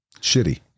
shitty